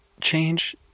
change